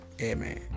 Amen